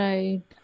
Right